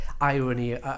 irony